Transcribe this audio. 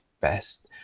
best